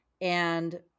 and-